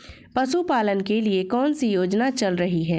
पशुपालन के लिए कौन सी योजना चल रही है?